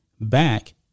back